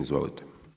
Izvolite.